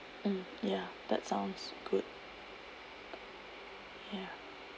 mm ya that sounds good ya